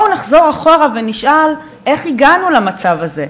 בואו נחזור אחורה ונשאל איך הגענו למצב הזה,